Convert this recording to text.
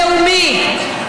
לאומי,